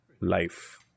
life